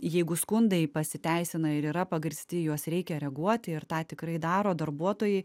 jeigu skundai pasiteisina ir yra pagrįsti į juos reikia reaguoti ir tą tikrai daro darbuotojai